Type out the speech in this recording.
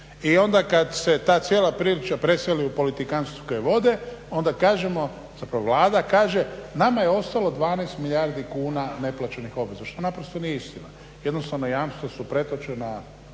I onda kada se ta cijela priča preseli u politikanske vode onda kažemo, zapravo Vlada kaže, nama je ostalo 12 milijardi kuna neplaćenih obaveza. Što naprosto nije istina. Jednostavno jamstva su pretočena